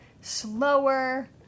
slower